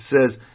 says